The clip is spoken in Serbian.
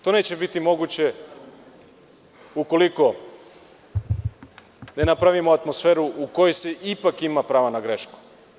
To neće biti moguće ukoliko ne napravimo atmosferu u kojoj se ipak ima pravo na grešku.